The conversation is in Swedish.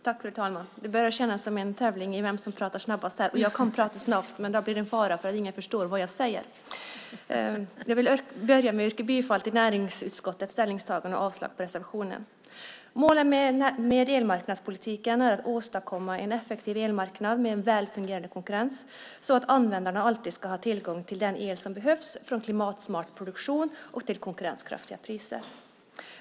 Fru talman! Det börjar kännas som en tävling i vem som kan prata snabbast här. Jag kan prata snabbt, men då finns det en fara för att ingen förstår vad jag säger. Jag vill börja med att yrka bifall till näringsutskottets förslag och avslag på reservationen. Målen med elmarknadspolitiken är att åstadkomma en effektiv elmarknad med en väl fungerande konkurrens så att användarna alltid ska ha tillgång till den el som behövs för klimatsmart produktion och till konkurrenskraftiga priser.